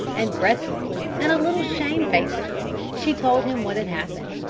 and breathlessly and a little shamefacedly, she told him what had happened.